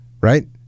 right